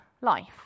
life